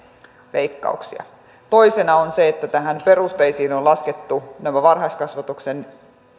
leikkauksia toisena on se että näihin perusteisiin on laskettu nämä varhaiskasvatuksen